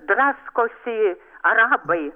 draskosi arabai